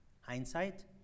hindsight